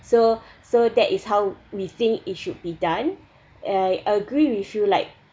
so so that is how we think it should be done I I agree with you like